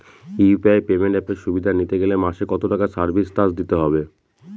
UPI payment অ্যাপের সুবিধা নিতে গেলে মাসে কত টাকা সার্ভিস চার্জ দিতে হবে?